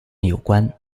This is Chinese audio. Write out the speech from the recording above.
有关